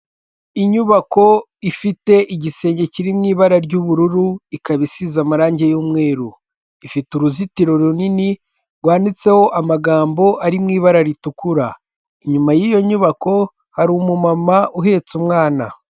Inyubako ifite igisenge kiri mu ibara ry'ubururu, ikaba isize amarangi yumweru. Ifite uruzitiro runini, rwanditseho amagambo ari mu ibara ritukura. Inyuma y'iyo nyubako hari umumama uhetse umwana.